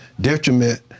detriment